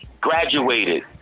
Graduated